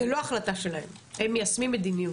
בכל השערים של הר הבית נמצאים השוטרים,